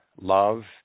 love